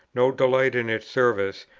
no delight in its services,